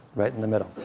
right in the middle.